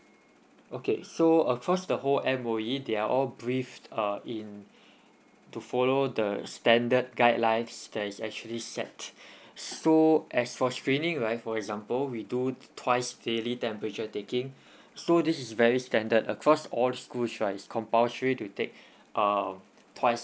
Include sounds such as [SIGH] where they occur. okay so of course the whole M_O_E they are all briefed uh in [BREATH] to follow the standard guidelines that is actually set [BREATH] so as for straining wise for example we do twice daily temperature taking [BREATH] so this is very standard across all the schools right is compulsory to take [BREATH] um twice